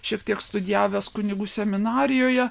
šiek tiek studijavęs kunigų seminarijoje